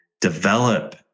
develop